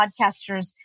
podcasters